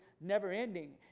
never-ending